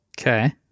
Okay